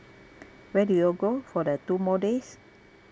where do you all go for the two more days